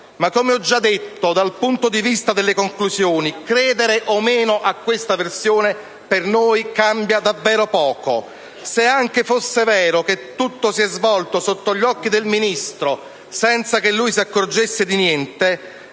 Ma come ho già detto, dal punto di vista delle conclusioni, credere o meno a questa versione per noi cambia davvero poco. Se anche fosse vero che tutto si è svolto sotto gli occhi del Ministro senza che lui si accorgesse di niente,